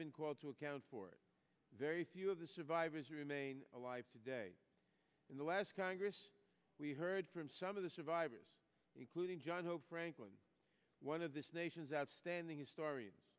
been called to account for it very few of the survivors remain alive today in the last congress we heard from some of the survivors including john hope franklin one of the nation's outstanding historians